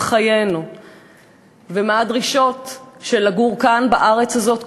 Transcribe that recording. חיינו ומה הדרישות של לגור כאן בארץ הזאת,